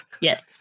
Yes